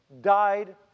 died